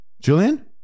Julian